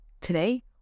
today